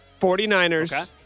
49ers